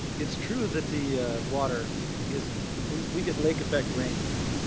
it's true that the water is, we we get lake effect rain there.